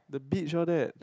the bitch all that